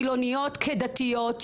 חילוניות כדתיות,